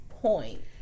point